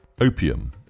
Opium